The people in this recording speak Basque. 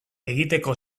egiteko